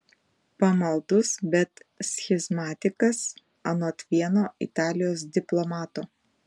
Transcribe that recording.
pamaldus bet schizmatikas anot vieno italijos diplomato